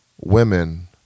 women